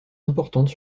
importantes